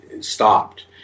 stopped